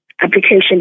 application